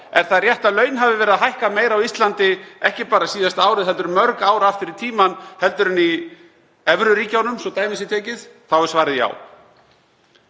það sé rétt að laun hafi verið að hækka meira á Íslandi, ekki bara á síðasta ári heldur mörg ár aftur í tímann, en í evruríkjunum, svo dæmi sé tekið, þá er svarið